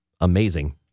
Amazing